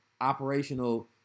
operational